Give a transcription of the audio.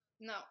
no